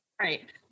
right